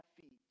feet